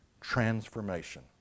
transformation